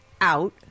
out